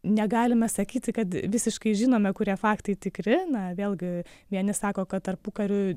negalime sakyti kad visiškai žinome kurie faktai tikri na vėlgi vieni sako kad tarpukariu